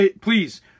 Please